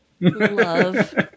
love